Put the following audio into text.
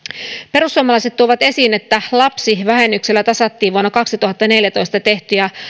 perussuomalaiset tuovat esiin että lapsivähennyksellä tasattiin vuonna kaksituhattaneljätoista tehtyjä